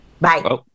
Bye